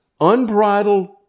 unbridled